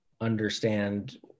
understand